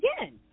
again